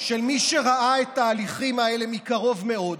של מי שראה את ההליכים האלה מקרוב מאוד.